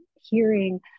hearing